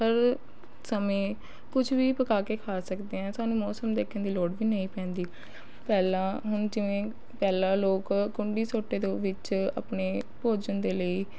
ਹਰ ਸਮੇਂ ਕੁਛ ਵੀ ਪਕਾ ਕੇ ਖਾ ਸਕਦੇ ਹਾਂ ਸਾਨੂੰ ਮੌਸਮ ਦੇਖਣ ਦੀ ਲੋੜ ਵੀ ਨਹੀਂ ਪੈਂਦੀ ਪਹਿਲਾਂ ਹੁਣ ਜਿਵੇਂ ਪਹਿਲਾਂ ਲੋਕ ਕੁੰਡੀ ਸੋਟੇ ਦੇ ਵਿੱਚ ਆਪਣੇ ਭੋਜਨ ਦੇ ਲਈ